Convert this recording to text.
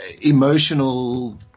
emotional